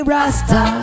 Rasta